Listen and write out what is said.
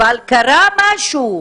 אבל קרה משהו.